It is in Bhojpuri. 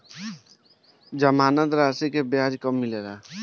जमानद राशी के ब्याज कब मिले ला?